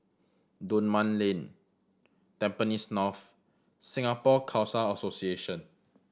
Dunman Lane Tampines North Singapore Khalsa Association